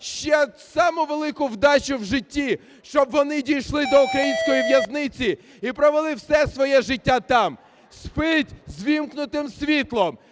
ще саму велику вдачу в житті, щоб вони дійшли до української в'язниці і провели все своє життя там. Спіть з ввімкнутим світлом,